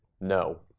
No